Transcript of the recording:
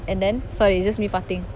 and then sorry it's just me farting